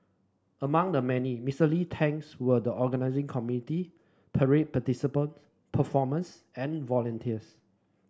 among the many Mister Lee thanked were the organising committee parade participants performers and volunteers